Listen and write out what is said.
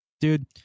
Dude